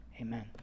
Amen